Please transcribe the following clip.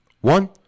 One